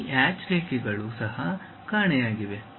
ಆ ಹ್ಯಾಚ್ ರೇಖೆಗಳು ಸಹ ಕಾಣೆಯಾಗಿವೆ